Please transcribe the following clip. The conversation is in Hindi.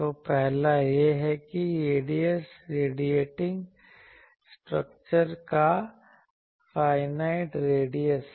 तो पहला यह है कि रेडियस रेडिएटिंग स्ट्रक्चर का फाईनाइट रेडियस है